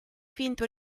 vinto